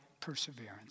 perseverance